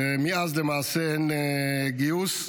ומאז למעשה אין גיוס.